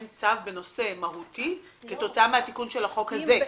צו בנושא מהותי כתוצאה מהתיקון של החוק הזה.